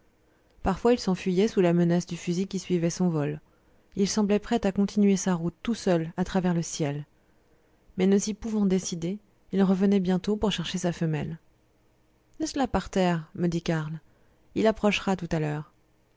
parfois il s'enfuyait sous la menace du fusil qui suivait son vol il semblait prêt à continuer sa route tout seul à travers le ciel mais ne s'y pouvant décider il revenait bientôt pour chercher sa femelle laisse-la par terre me dit karl il approchera tout à l'heure